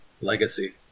Legacy